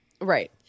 Right